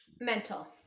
Mental